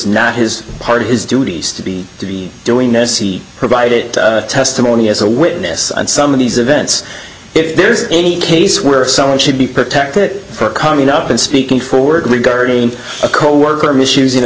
not his part of his duties to be to be doing this he provided testimony as a witness and some of these events if there's any case where someone should be protected for coming up and speaking forward regarding a coworker misusing a